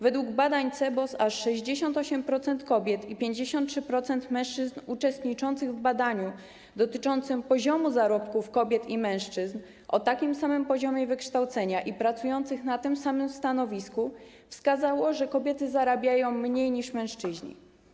Według badań CBOS aż 68% kobiet i 53% mężczyzn uczestniczących w badaniu dotyczącym poziomu zarobków kobiet i mężczyzn o takim samym poziomie wykształcenia i pracujących na tym samym stanowisku wskazało, że kobiety zarabiają mniej niż mężczyźni.